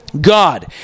god